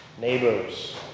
neighbors